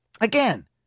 Again